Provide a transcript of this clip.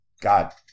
God